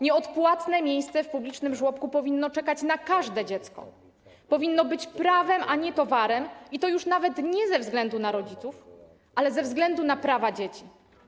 Nieodpłatne miejsce w publicznym żłobku powinno czekać na każde dziecko, powinno być prawem, a nie towarem, i to już nawet nie ze względu na rodziców, ale ze względu na prawa dzieci.